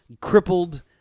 crippled